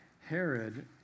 Herod